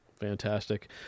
Fantastic